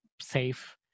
safe